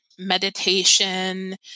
Meditation